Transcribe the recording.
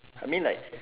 I mean like